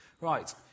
Right